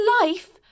Life